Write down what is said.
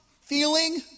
feeling